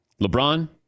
LeBron